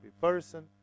person